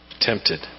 tempted